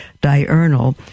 diurnal